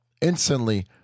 instantly